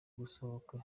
gusohoka